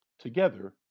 Together